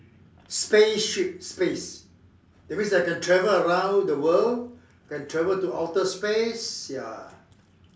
spaceship space that means I can travel around the world can travel to outer space ya